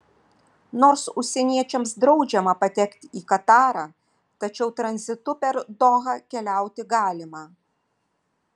nors užsieniečiams draudžiama patekti į katarą tačiau tranzitu per dohą keliauti galima